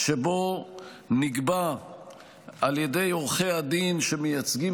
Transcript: שבו נקבע על ידי עורכי הדין שמייצגים